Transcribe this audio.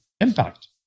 impact